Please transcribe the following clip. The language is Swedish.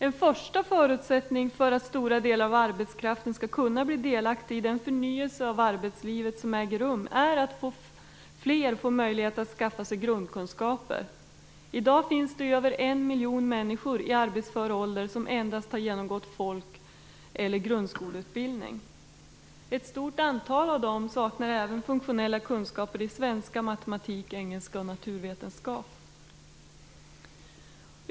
En första förutsättning för att stora delar av arbetskraften skall kunna bli delaktig i den förnyelse av arbetslivet som äger rum är att fler får möjlighet att skaffa sig grundkunskaper. I dag finns det över 1 miljon människor i arbetsför ålder som endast har genomgått folk eller grundskoleutbildning. Ett stort antal av dem saknar även funktionella kunskaper i svenska, matematik, engelska och naturvetenskap.